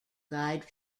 guide